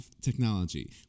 technology